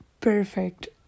perfect